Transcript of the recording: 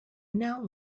now